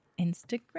Instagram